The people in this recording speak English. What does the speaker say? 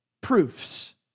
Proofs